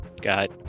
got